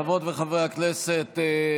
חברות וחברי הכנסת,